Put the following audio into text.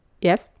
yes